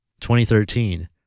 2013